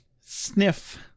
sniff